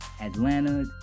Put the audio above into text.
Atlanta